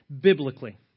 biblically